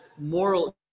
moral